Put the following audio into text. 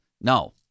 No